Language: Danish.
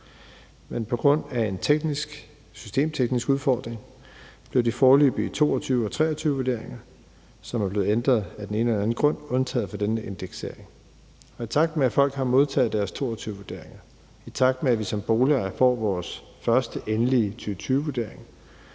Men på grund af en systemteknisk udfordring bliver de foreløbige 2022- og 2023-vurderinger, som er blevet ændret af den ene eller den anden grund, undtaget fra denne indeksering. I takt med at folk har modtaget deres 2022-vurderinger, og i takt med at vi som boligejere får vores første endelige 2020-vurdering,